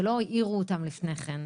שלא האירו אותם לפני כן.